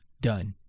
done